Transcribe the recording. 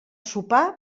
sopar